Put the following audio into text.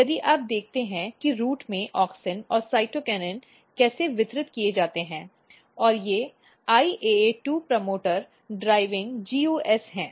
तो यदि आप देखते हैं कि रूट में ऑक्सिन और साइटोकिनिन कैसे वितरित किए जाते हैं ये IAA2 प्रमोटर ड्राइविंग GUS हैं